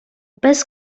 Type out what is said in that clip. bez